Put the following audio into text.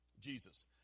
Jesus